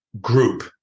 group